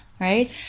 right